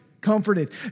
comforted